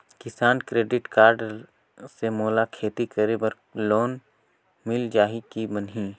किसान credit card से मोला खेती करे बर लोन मिल जाहि की बनही??